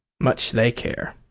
much they care!